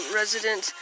Resident